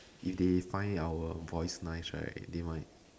if they find our voice nice right they might